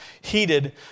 heated